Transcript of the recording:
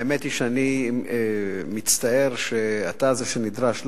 האמת היא שאני מצטער שאתה זה שנדרש להשיב,